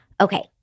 Okay